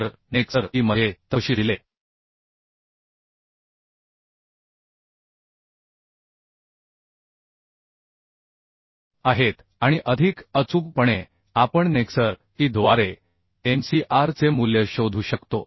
तर annexure E मध्ये तपशील दिले आहेत आणि अधिक अचूकपणे आपण एनेक्सर E द्वारे m c r चे मूल्य शोधू शकतो